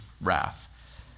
wrath